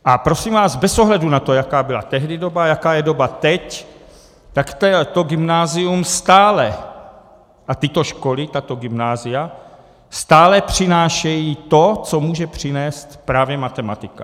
A prosím vás, bez ohledu na to, jaká byla tehdy doba, jaká je doba teď, tak to gymnázium stále, tyto školy, tato gymnázia stále přinášejí to, co může přinést právě matematika.